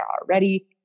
already